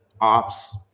ops